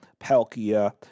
Palkia